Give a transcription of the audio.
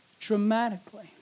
Dramatically